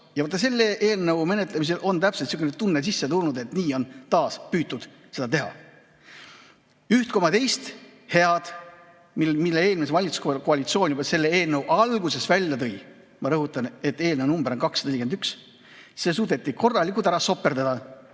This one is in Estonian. Vaat selle eelnõu menetlemisel on täpselt niisugune tunne sisse tulnud, et nii on taas püütud seda teha. Ühte koma teist head, mille eelmine valitsuskoalitsioon selle eelnõu alguses välja tõi – ma rõhutan, et eelnõu number on 241 –, suudeti korralikult ära soperdada